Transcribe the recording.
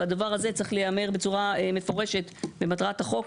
והדבר הזה צריך להיאמר בצורה מפורשת במטרת החוק,